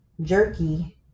jerky